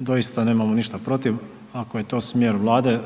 doista nemamo ništa protiv ako je to smjer Vlade,